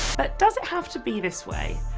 but does it have to be this way?